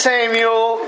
Samuel